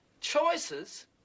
Choices